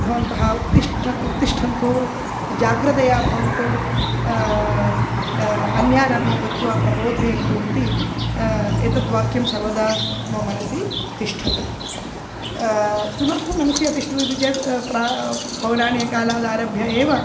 भवन्तः उत्तिष्ठ उत्तिष्ठन्तु जाग्रतया भवन्तु अन्यान् अपि गत्वा प्रबोधयन्तु इति एतद् वाक्यं सर्वदा मम मनसि तिष्ठति किमर्थं मनसि अतिष्ठत् इति चेत् प्रा पौराणिककालादारभ्य एव